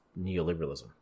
neoliberalism